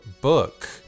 book